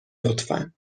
لطفا